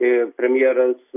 ir premjeras